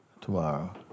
Tomorrow